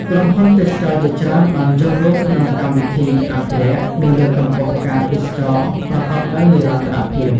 ក្រុមហ៊ុនទេសចរណ៍ជាច្រើនបានចូលរួមក្នុងកម្មវិធីអភិរក្ស និងលើកកម្ពស់ការទេសចរណ៍ប្រកបដោយនិរន្តរភាព។